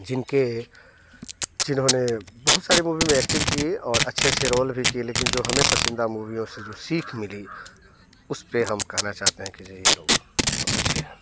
जिनके जिन्होंने बहुत सारी मूवी में एक्टिंग की और अच्छे अच्छे रोल भी किए लेकिन जो हमें पसंदीदा मूवी और उससे जो सीख मिली उस पर हम कहना चाहते हैं कि जो ये लोग बहुत अच्छे हैं